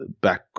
back